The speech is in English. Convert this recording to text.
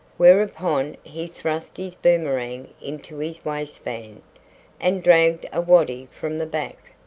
whereupon he thrust his boomerang into his waistband, and dragged a waddy from the back,